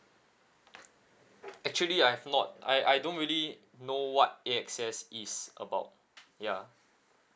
actually I've not I I don't really know what A_X_S is about ya